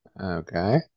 Okay